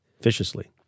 viciously